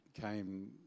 came